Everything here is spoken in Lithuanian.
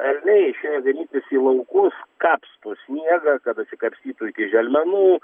elniai išėję ganytis į laukus kapsto sniegą kad dasikapstytų iki želmenų